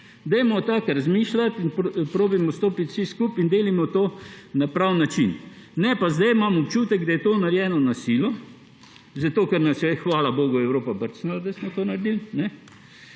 Dajmo tako razmišljati in poskusimo stopiti vsi skupaj in delajmo to na pravi način. Zdaj imam občutek, da je to narejeno na silo, zato ker nas je, hvala bogu, Evropa brcnila, da smo to naredili.